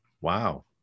Wow